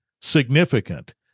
significant